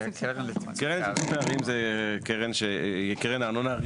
הקרן לצמצום פערים היא קרן הארנונה,